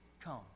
come